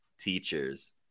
teachers